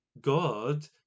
God